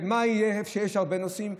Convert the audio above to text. ומה יהיה איפה שיש הרבה נוסעים?